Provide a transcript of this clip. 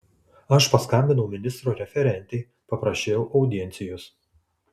aš paskambinau ministro referentei paprašiau audiencijos